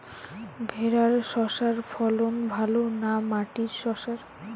ভেরার শশার ফলন ভালো না মাটির শশার?